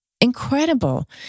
incredible